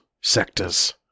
sectors